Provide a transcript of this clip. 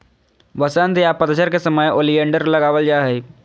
वसंत या पतझड़ के समय ओलियंडर लगावल जा हय